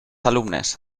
alumnes